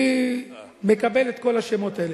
אני מקבל את כל השמות האלה.